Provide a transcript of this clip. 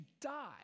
die